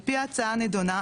על פי ההצעה הנדונה,